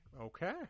Okay